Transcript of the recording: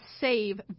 save